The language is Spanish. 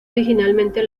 originalmente